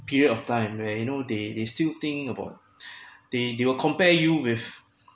period of time where you know they they still think about they they will compare you with